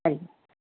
हरिओम